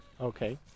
Okay